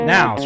Now